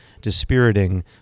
dispiriting